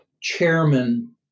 chairman